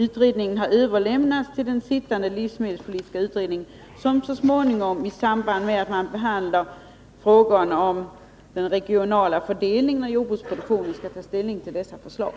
Utredningen har överlämnats till den pågående livsmedelspolitiska utredningen, som så småningom i samband med att den behandlar frågorna om den regionala fördelningen av jordbruksproduktionen skall ta ställning till dessa förslag.